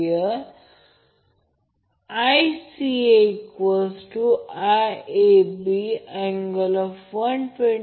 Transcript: तर बॅलन्स ∆∆ कनेक्शनच्या बाबतीत ∆ लोड अँगल ∆ सोर्सच्या बाबतीत